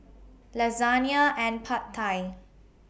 Lasagna and Pad Thai